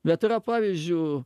bet yra pavyzdžių